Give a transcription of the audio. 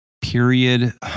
period